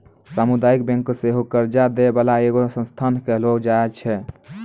समुदायिक बैंक सेहो कर्जा दै बाला एगो संस्थान कहलो जाय छै